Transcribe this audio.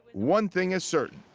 one thing is certain.